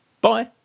Bye